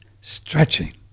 stretching